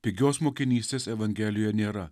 pigios mokinystės evangelijoj nėra